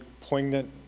poignant